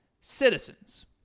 citizens